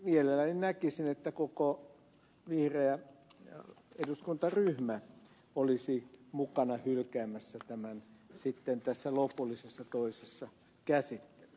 mielelläni näkisin että koko vihreä eduskuntaryhmä olisi mukana hylkäämässä tämän esityksen lopullisessa toisessa käsittelyssä